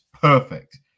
perfect